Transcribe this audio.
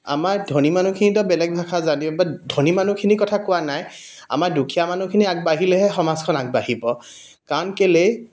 আমাৰ ধনী মানুহখিনি ত বেলেগ ভাষা জানে বাট ধনী মানুহখিনি কথা কোৱা নাই আমাৰ দুখীয়া মানুহখিনি আগবাঢ়িলেহে সমাজখন আগবাঢ়িব কাৰণ কেলে